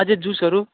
अझै जुसहरू